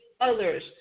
others